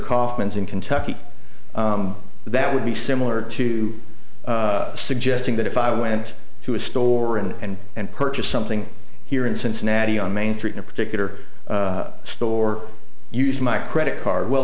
kaufmann's in kentucky that would be similar to suggesting that if i went to a store and and purchased something here in cincinnati on main street in a particular store used my credit card well